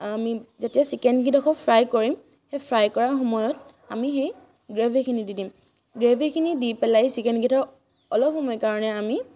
আমি যেতিয়া চিকেনকেইডোখৰ ফ্ৰাই কৰিম সেই ফ্ৰাই কৰা সময়ত আমি সেই গ্ৰেভীখিনি দি দিম গ্ৰেভীখিনি দি পেলাই চিকেনকেইডোখৰ অলপ সময় কাৰণে আমি